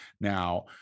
now